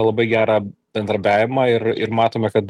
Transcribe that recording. labai gerą bendarbiavimą ir ir matome kad